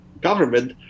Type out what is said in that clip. government